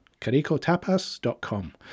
caricotapas.com